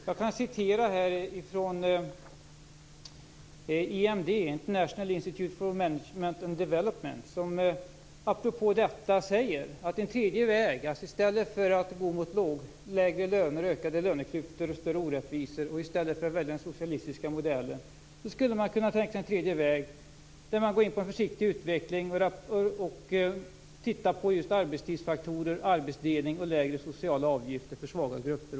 Jag kan referera till IMD, International Institute for Management Development, som apropå detta säger att i stället för att gå mot lägre löner, ökade löneklyftor och större orättvisor eller att välja den socialistiska modellen skulle man kunna tänka sig en tredje väg mot en försiktig utveckling, där man tittar just på arbetstidsfaktorer, arbetsdelning och lägre sociala avgifter för svaga grupper.